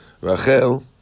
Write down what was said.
Rachel